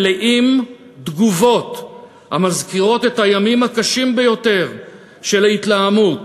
מלאים תגובות המזכירות את הימים הקשים ביותר של ההתלהמות,